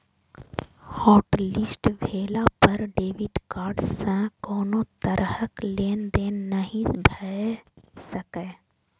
hotlist भेला पर debit card सं कोनो तरहक लेनदेन नहि भए सकैए